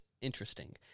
interesting